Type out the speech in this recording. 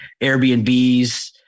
Airbnbs